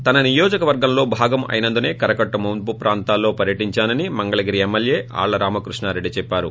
తన నియోజకవర్గంలో భాగం అయినందునే కరకట్ట ముంపు ప్రాంతాల్లో పర్యటించానని మంగళగిరి ఎమ్మెల్యే ఆళ్ల రామకృష్ణారెడ్లి చెప్పారు